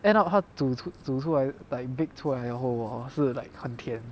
end up 她煮出煮出来 like bake 出来了后是 like 很甜